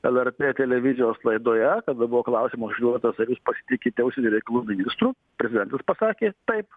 lrt televizijos laidoje kada buvo klausimas užduotas ar jūs pasitikite užsienio reikalų ministru prezidentas pasakė taip